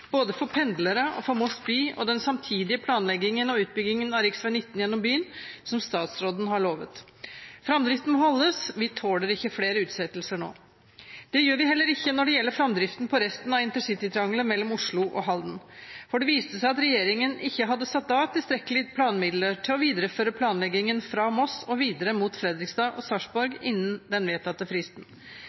både for pendlere, for Moss by og for den samtidige planleggingen og utbyggingen av rv. 19 gjennom byen, som statsråden har lovet. Framdriften må holdes. Vi tåler ikke flere utsettelser nå. Det gjør vi heller ikke når det gjelder framdriften på resten av intercity-triangelet mellom Oslo og Halden. For det viste seg at regjeringen ikke hadde satt av tilstrekkelige planmidler til å videreføre planleggingen fra Moss og videre mot Fredrikstad og Sarpsborg innen den vedtatte fristen.